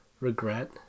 regret